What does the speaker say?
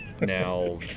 now